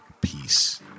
Peace